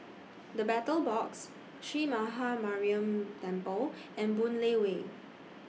The Battle Box Sree Maha Mariamman Temple and Boon Lay Way